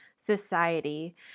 Society